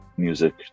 music